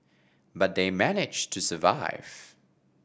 but they managed to survive